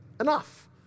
enough